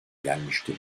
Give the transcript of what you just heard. gelmişti